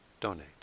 donate